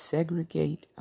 Segregate